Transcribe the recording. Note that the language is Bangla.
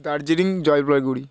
দার্জিলিং জলপাইগুড়ি